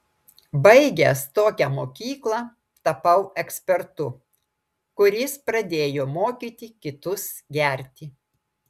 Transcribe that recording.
baigęs tokią mokyklą tapau ekspertu kuris pradėjo mokyti kitus gerti